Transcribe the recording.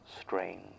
strange